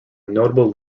notable